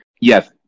yes